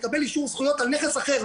לקבל אישור על נכס אחר,